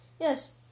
Yes